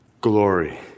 Glory